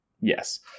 Yes